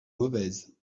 mauvaise